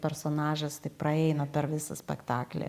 personažas taip praeina per visą spektaklį